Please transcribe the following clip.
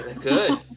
Good